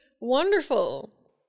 wonderful